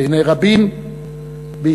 בעיני רבים בישראל,